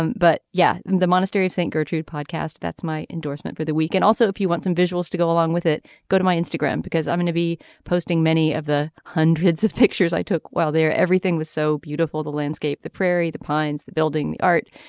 um but yeah the monastery of saint gertrude podcast that's my endorsement for the week and also if you want some visuals to go along with it go to my instagram because i'm going to be posting many of the hundreds of pictures i took while there everything was so beautiful the landscape the prairie the pines the building the art.